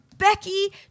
Becky